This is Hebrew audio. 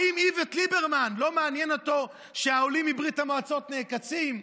האם את איווט ליברמן לא מעניין שהעולים מברית המועצות נעקצים?